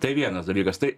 tai vienas dalykas tai